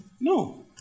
No